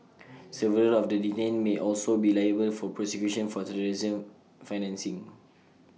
several of the detained may also be liable for prosecution for terrorism financing